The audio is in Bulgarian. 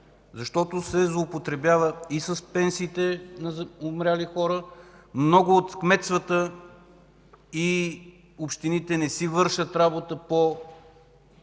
защото се злоупотребява и с пенсиите на умрелите хора. Много от кметствата и общините не си вършат работата по правилно